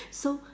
so